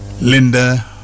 linda